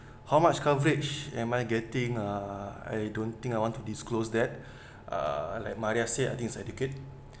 how much coverage am I getting uh I don't think I want to disclose that uh like maria said I think it's adequate